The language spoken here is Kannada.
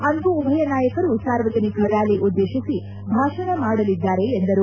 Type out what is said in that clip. ಅಂದು ಉಭಯ ನಾಯಕರು ಸಾರ್ವಜನಿಕ ರ್ಶಾಲಿ ಉದ್ದೇತಿಸಿ ಭಾಷಣ ಮಾಡಲಿದ್ದಾರೆ ಎಂದರು